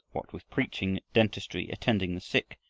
what with preaching, dentistry, attending the sick,